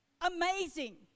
amazing